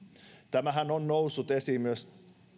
tämähän on noussut esiin myös